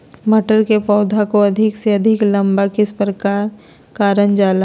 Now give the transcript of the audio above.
मटर के पौधा को अधिक से अधिक लंबा किस प्रकार कारण जाला?